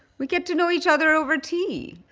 we get to know each other over tea.